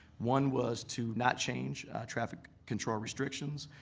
one was to not change traffic control restrictions.